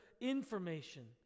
information